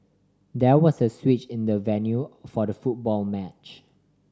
there was a switch in the venue for the football match